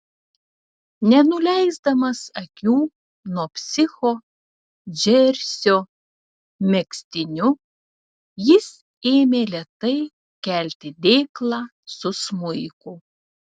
nenuleisdamas akių nuo psicho džersio megztiniu jis ėmė lėtai kelti dėklą su smuiku